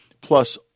Plus